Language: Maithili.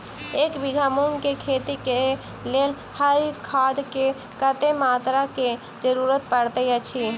एक बीघा मूंग केँ खेती केँ लेल हरी खाद केँ कत्ते मात्रा केँ जरूरत पड़तै अछि?